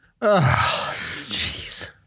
jeez